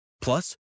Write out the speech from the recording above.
Plus